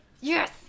Yes